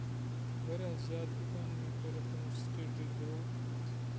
واریاہ زیادٕ اِکانمی کٔرٕکھ تِمو سِٹیٹٕچ گروو